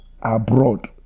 abroad